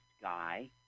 guy